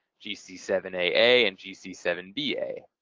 g c seven a a, and g c seven b a.